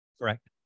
Correct